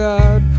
God